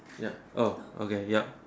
ya orh okay yup